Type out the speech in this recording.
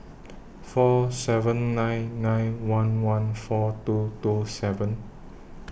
four seven nine nine one one four two two seven